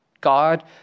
God